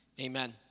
Amen